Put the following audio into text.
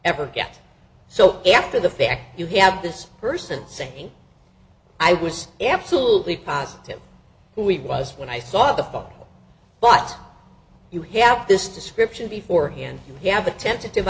ever get so after the fact you have this person saying i was absolutely positive we was when i saw the fog but you have this description before and you have a tentative